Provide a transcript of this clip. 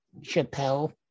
Chappelle